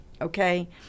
okay